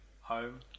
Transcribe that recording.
home